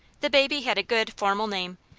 the baby had a good, formal name,